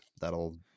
that'll